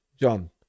John